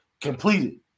completed